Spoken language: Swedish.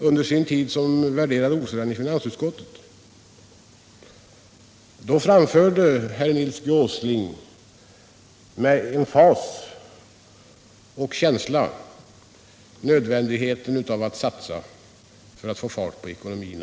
Under sin tid som värderad ordförande i finansutskottet talade Nils G. Åsling med emfas och känsla om nödvändigheten av att satsa för att få fart på ekonomin.